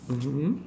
mmhmm